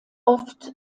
oft